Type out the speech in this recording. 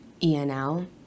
ENL